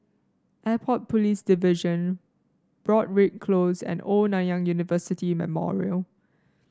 Airport Police Division Broadrick Close and Old Nanyang University Memorial